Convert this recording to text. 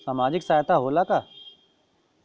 सामाजिक सहायता होला का?